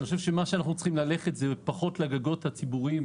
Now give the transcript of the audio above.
אני חושב שמה שאנחנו צריכים ללכת זה פחות לגגות הציבוריים,